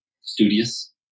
studious